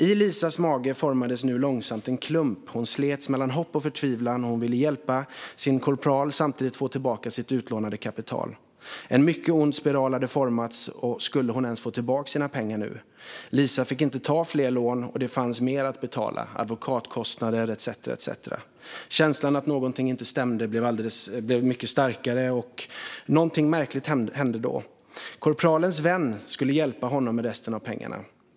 I Lisas mage formades nu långsamt en klump. Hon slets mellan hopp och förtvivlan. Hon ville hjälpa sin korpral och samtidigt få tillbaka sitt utlånade kapital. En mycket ond spiral hade formats. Skulle hon ens få tillbaka sina pengar nu? Lisa fick inte ta mer lån, och det fanns mer att betala, advokatkostnader etcetera. Känslan att någonting inte stämde blev mycket starkare. Någonting märkligt hände då. Korpralens vän skulle hjälpa honom med resten av pengarna.